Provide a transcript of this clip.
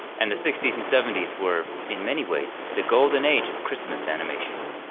and the sixty s and seventy s were, in many ways, the golden age of christmas animation.